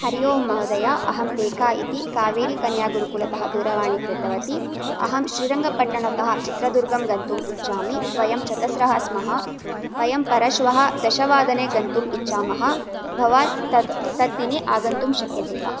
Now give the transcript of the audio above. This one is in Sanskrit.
हरि ओम् महोदय अहं रेखा इति कावेरी कन्यागुरुकुलतः दूरवाणी कृतवती अहं श्रीरङ्गपट्टणतः चित्रदुर्गं गन्तुम् इच्छामि वयं चतस्रः स्मः वयं परश्वः दशवादने गन्तुम् इच्छामः भवान् तत् तत् दिने आगन्तुं शक्यते वा